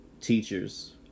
teachers